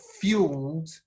fueled